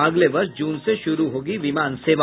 अगले वर्ष जून से शुरू होगी विमान सेवा